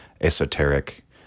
esoteric